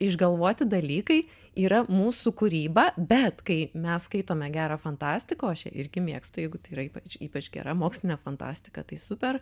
išgalvoti dalykai yra mūsų kūryba bet kai mes skaitome gerą fantastiką o aš ją irgi mėgstu jeigu tai yra ypač ypač gera mokslinė fantastika tai super